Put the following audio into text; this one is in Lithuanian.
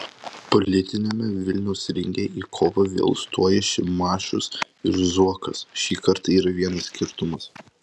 politiniame vilniaus ringe į kovą vėl stoja šimašius ir zuokas šįkart yra vienas skirtumas